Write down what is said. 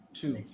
two